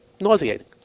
nauseating